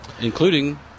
Including